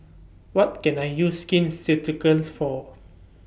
What Can I use Skin Ceuticals For